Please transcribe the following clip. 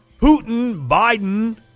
Putin-Biden